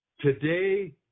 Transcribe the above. Today